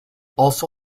also